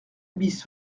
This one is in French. bis